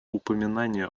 упоминания